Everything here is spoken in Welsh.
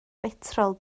betrol